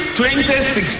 2016